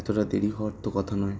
এতটা দেরি হওয়ার তো কথা নয়